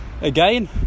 again